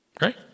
Right